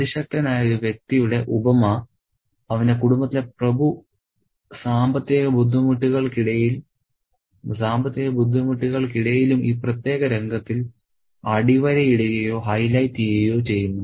അതിശക്തനായ ഒരു വ്യക്തിയുടെ ഉപമ അവന്റെ കുടുംബത്തിലെ പ്രഭു സാമ്പത്തിക ബുദ്ധിമുട്ടുകൾക്കിടയിലും ഈ പ്രത്യേക രംഗത്തിൽ അടിവരയിടുകയോ ഹൈലൈറ്റ് ചെയ്യുകയോ ചെയ്യുന്നു